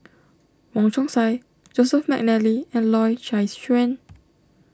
Wong Chong Sai Joseph McNally and Loy Chye Chuan